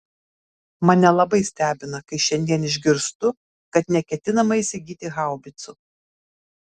mane labai stebina kai šiandien išgirstu kad neketinama įsigyti haubicų